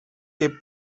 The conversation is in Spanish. que